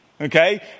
okay